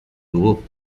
dugu